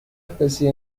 especie